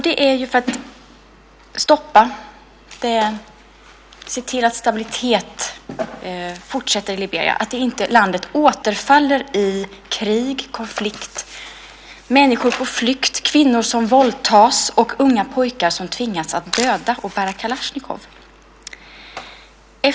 Det är för att se till att stabiliteten fortsätter i Liberia, att landet inte återfaller i krig, konflikt, med människor på flykt, kvinnor som våldtas och unga pojkar som tvingas döda och bära kalasjnikov.